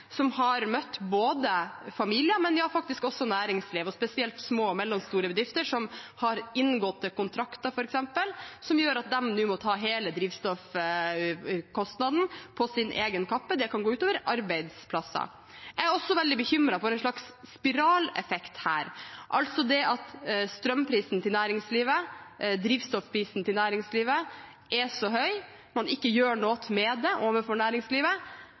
har møtt både familier og – ja, faktisk også – næringsliv, og da spesielt små og mellomstore bedrifter som f.eks. har inngåtte kontrakter, som gjør at de nå må ta hele drivstoffkostnaden på sin egen kappe, og det kan gå ut over arbeidsplasser. Jeg er også veldig bekymret for en slags spiraleffekt her, altså det at strømprisen og drivstoffprisen til næringslivet er så høy og man ikke gjør noe med det overfor næringslivet.